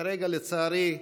כרגע, לצערי,